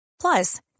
Plus